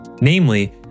namely